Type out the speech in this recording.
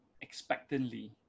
expectantly